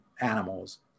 animals